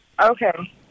Okay